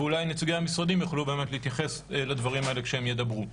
ואולי נציגי המשרדים יוכלו להתייחס לדברים האלה כשהם ידברו.